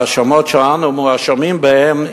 ההאשמות שאנו מואשמים בהן,